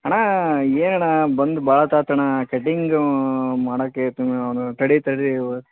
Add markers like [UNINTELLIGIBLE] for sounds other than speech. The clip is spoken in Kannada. ಅಣ್ಣ ಏನಣ್ಣ ಬಂದು ಭಾಳ ಹೊತ್ತು ಆತು ಅಣ್ಣ ಕಟಿಂಗ್ ಮಾಡಕ್ಕೆ ಅವನು ತಡಿ ತಡಿ [UNINTELLIGIBLE]